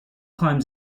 climbs